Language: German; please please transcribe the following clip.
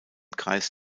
kreis